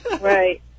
Right